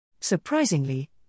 Surprisingly